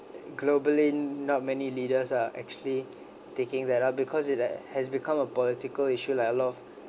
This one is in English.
globally not many leaders are actually taking that ah because it that has become a political issue like a lot of